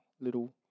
little